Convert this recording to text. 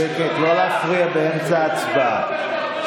שקט, לא להפריע באמצע ההצבעה.